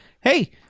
hey